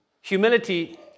Humility